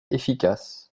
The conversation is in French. efficace